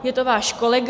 Je to váš kolega.